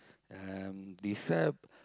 um describe